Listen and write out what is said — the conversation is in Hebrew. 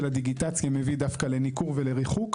הדיגיטציה מביא דווקא לניכור ולריחוק,